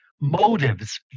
motives